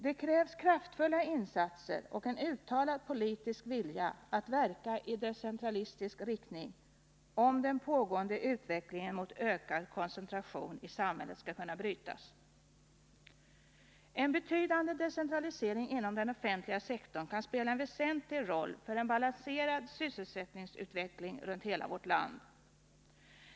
Det krävs kraftfulla insatser och en uttalad politisk vilja att verka i decentralistisk riktning, om den pågående utvecklingen mot ökad koncentration i samhället skall kunna brytas. En betydande decentralisering inom den offentliga sektorn kan spela en väsentlig roll för en balanserad sysselsättningsutveckling runt hela vårt land.